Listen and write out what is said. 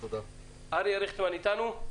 אריה ריכטמן איתנו?